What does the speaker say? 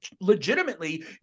legitimately